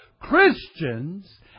Christians